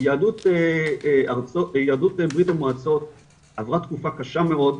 יהדות בריה"מ עברה תקופה קשה מאוד,